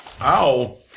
Ow